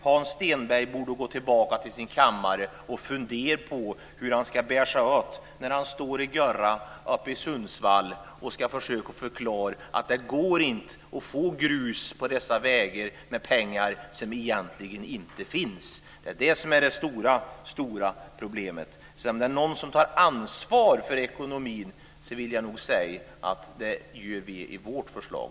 Hans Stenberg borde gå tillbaka till sin kammare och fundera på hur han ska bära sig åt när han står i "göran", i leran, uppe i Sundsvall och ska försöka förklara att det inte går att få grus på vägarna med pengar som egentligen inte finns. Det är detta som är det verkligt stora problemet. Om det är några som tar ansvar för ekonomin - det vill jag säga - så är det vi i vårt förslag.